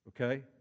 okay